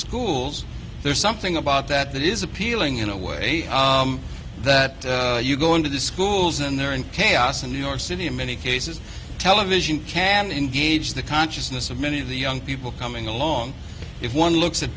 schools there's something about that that is appealing in a way that you go into the schools and there in chaos in new york city in many cases television can engage the consciousness of many of the young people coming along if one looks at